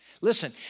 Listen